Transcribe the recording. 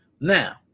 Now